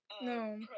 No